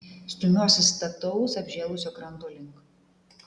stumiuosi stataus apžėlusio kranto link